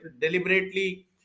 deliberately